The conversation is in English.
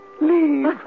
Leave